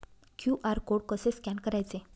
QR code कसे scan करायचे?